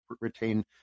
retain